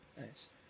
Nice